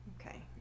Okay